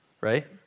right